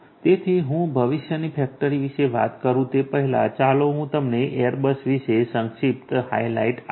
તેથી હું ભવિષ્યની ફેક્ટરી વિશે વાત કરું તે પહેલાં ચાલો હું તમને એરબસ વિશે સંક્ષિપ્ત હાઇલાઇટ આપું